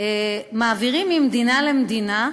מעבירים ממדינה למדינה,